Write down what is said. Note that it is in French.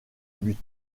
but